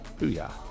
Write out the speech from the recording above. Booyah